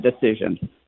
decision